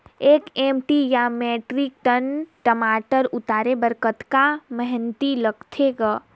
एक एम.टी या metric ton टमाटर उतारे बर कतका मेहनती लगथे ग?